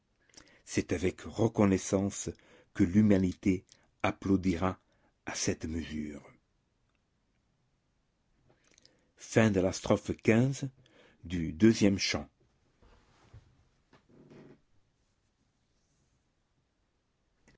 c'est avec reconnaissance que l'humanité applaudira à cette mesure